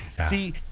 See